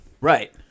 Right